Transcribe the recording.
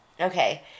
Okay